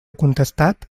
contestat